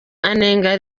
anenga